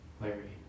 Larry